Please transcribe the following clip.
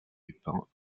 dupin